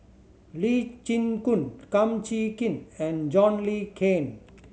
Lee Chin Koon Kum Chee Kin and John Le Cain